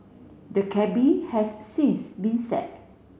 the cabby has since been sack